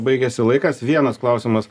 baigiasi laikas vienas klausimas